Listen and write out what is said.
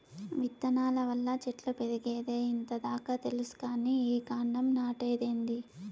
విత్తనాల వల్ల చెట్లు పెరిగేదే ఇంత దాకా తెల్సు కానీ ఈ కాండం నాటేదేందీ